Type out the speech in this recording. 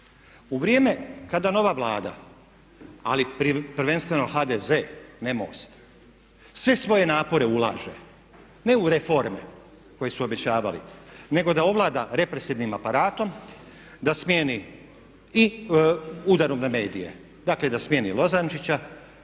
U vrijeme kada nova Vlada ali prvenstveno HDZ, ne MOST, sve svoje napore ulaže ne u reforme koje su obećavali nego da ovlada represivnim aparatom i udarom na medije, dakle da smjeni Lozančića,